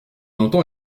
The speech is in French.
entend